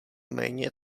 méně